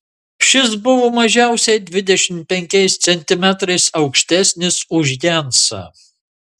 šis buvo mažiausiai dvidešimt penkiais centimetrais aukštesnis už jensą